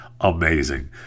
amazing